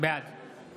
בעד